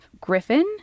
Griffin